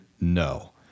No